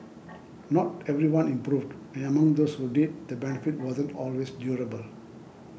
not everyone improved and among those who did the benefit wasn't always durable